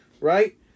right